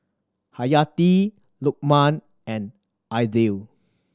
Hayati Lukman and Aidil